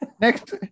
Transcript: Next